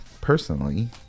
personally